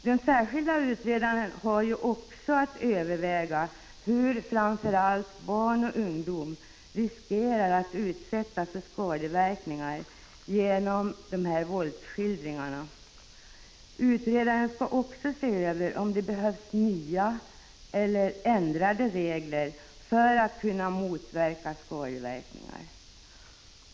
Den särskilda utredaren har också att överväga hur framför allt barn och ungdom riskerar att utsättas för skadeverkningar genom våldsskildringar. Utredaren skall också se över om det behövs nya eller ändrade regler för att vi skall kunna förhindra skadeverkningar.